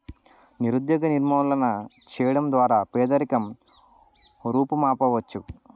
నిరుద్యోగ నిర్మూలన చేయడం ద్వారా పేదరికం రూపుమాపవచ్చు